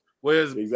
Whereas